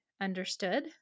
understood